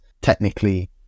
technically